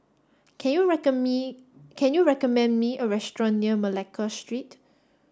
can you me can you recommend me a restaurant near Malacca Street